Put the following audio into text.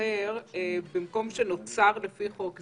אחר במקום המילים "שנוצר לפי חוק זה".